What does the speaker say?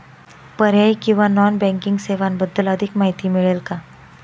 पर्यायी किंवा non banking सेवांबद्दल अधिक माहिती मिळेल का?